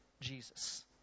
Jesus